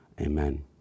Amen